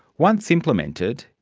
once implemented,